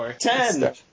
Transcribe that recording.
Ten